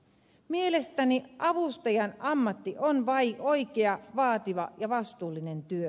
mielestäni avustajan ammatti on oikea vaativa ja vastuullinen työ